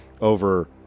over